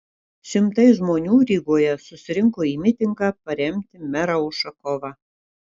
šimtai žmonių rygoje susirinko į mitingą paremti merą ušakovą